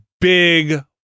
big